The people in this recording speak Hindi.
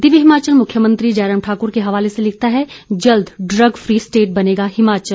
दिव्य हिमाचल मुख्यमंत्री जयराम ठाकुर के हवाले से लिखता है जल्द ड्रग फी स्टेट बनेगा हिमाचल